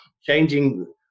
changing